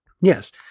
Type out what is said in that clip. Yes